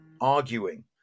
arguing